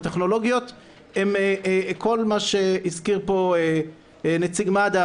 הטכנולוגיות הן כל מה שהזכיר פה נציג מד"א,